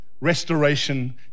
restoration